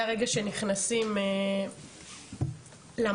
מהרגע שנכנסים למטה,